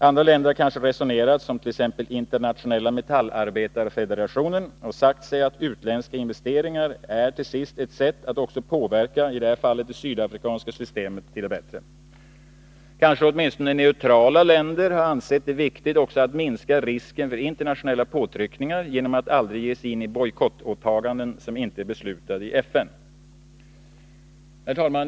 Andra länder har kanske resonerat som t.ex. Internationella Metallarbetarefederationen och sagt sig att utländska investeringar är ett sätt att påverka — i detta fall — det sydafrikanska systemet till det bättre. Kanske åtminstone de neutrala länderna också ansett det viktigt att minska risken för internationella påtryckningar genom att aldrig ge sig in i bojkottåtaganden, som inte är beslutade i FN. Herr talman!